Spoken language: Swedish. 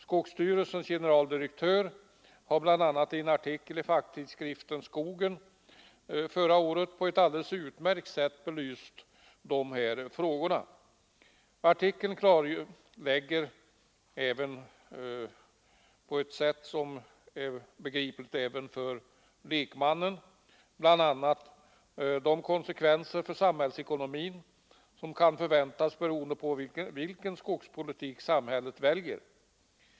Skogsstyrelsens generaldirektör har bl.a. i en artikel i facktidskriften Skogen förra året på ett alldeles utmärkt sätt belyst dessa frågor. Artikeln klarlägger på ett även för lekmannen begripligt språk bl.a. de konsekvenser för samhällsekonomin som kan förväntas beroende på vilken skogspolitik samhället väljer.